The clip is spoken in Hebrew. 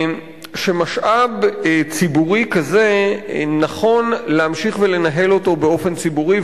שמשאב ציבורי כזה נכון להמשיך ולנהל אותו באופן ציבורי,